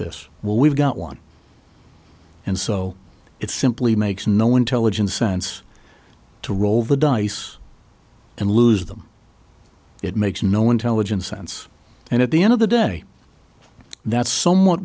this well we've got one and so it simply makes no intelligent sense to roll the dice and lose them it makes no intelligent sense and at the end of the day that's somewhat